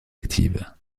active